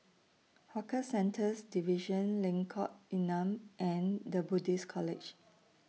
Hawker Centres Division Lengkok Enam and The Buddhist College